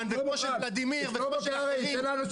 וכמו של ולדימיר --- תן לאנשים אחרים